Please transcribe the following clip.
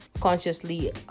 consciously